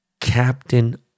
Captain